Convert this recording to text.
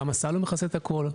גם הסל לא מכסה את הכל,